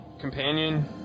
companion